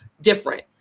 different